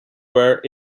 were